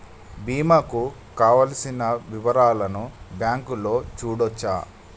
బీమా కు కావలసిన వివరాలను బ్యాంకులో చూడొచ్చా?